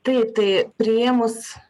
taip tai priėmus